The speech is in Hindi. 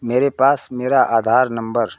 मेरे पास मेरा आधार नम्बर